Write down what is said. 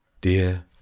Dear